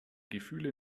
gefühle